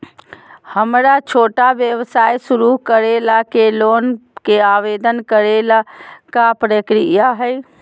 हमरा छोटा व्यवसाय शुरू करे ला के लोन के आवेदन करे ल का प्रक्रिया हई?